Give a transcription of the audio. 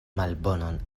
malbonon